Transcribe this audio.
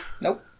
Nope